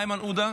איימן עודה,